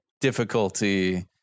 difficulty